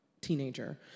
teenager